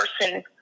person